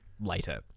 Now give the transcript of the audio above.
Later